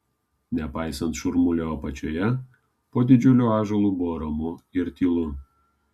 nepaisant šurmulio apačioje po didžiuliu ąžuolu buvo ramu ir tylu